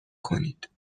کنید